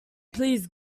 please